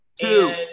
Two